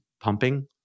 pumping